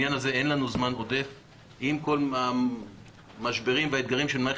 אני בארבע שנים אחרונות ניהלתי את השדולה לקנאביס רפואי בכנסת.